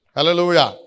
Hallelujah